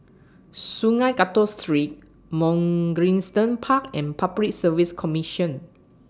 Sungei Kadut Street Mugliston Park and Public Service Commission